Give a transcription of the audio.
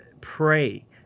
Pray